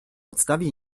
podstawie